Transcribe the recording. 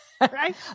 Right